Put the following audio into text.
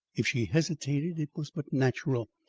if she hesitated, it was but natural.